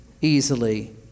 easily